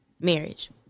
marriage